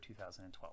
2012